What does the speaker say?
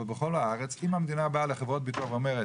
אבל בכל הארץ, אם המדינה באה לחברות ביטוח ואומרת,